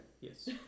yes